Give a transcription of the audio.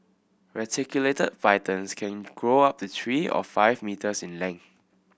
reticulated pythons can grow up to three to five metres in length